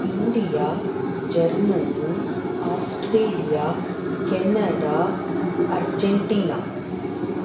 India Germany Australia Canada Argentina